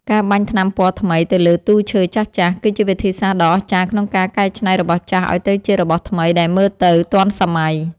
ការបាញ់ថ្នាំពណ៌ថ្មីទៅលើទូឈើចាស់ៗ គឺជាវិធីសាស្ត្រដ៏អស្ចារ្យក្នុងការកែច្នៃរបស់ចាស់ឱ្យទៅជារបស់ថ្មីដែលមើលទៅទាន់សម័យ។